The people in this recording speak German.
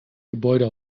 gebäude